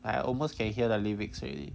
I almost can hear the lyrics already